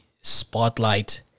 Spotlight